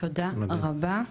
תודה רבה.